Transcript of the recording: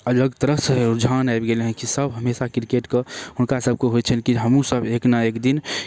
अलग तरहसँ रुझान आबि गेलै हँ कि सभ हमेशा किरकेटके हुनकासभके होइ छनि कि हमहूँसभ एक ने एक दिन